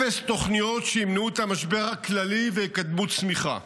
אפס תוכניות שימנעו את המשבר הכללי ויקדמו צמיחה,